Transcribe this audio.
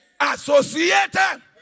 associated